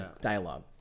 dialogue